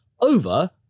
over